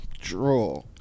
draw